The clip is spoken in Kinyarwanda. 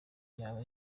yaba